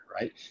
Right